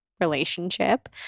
relationship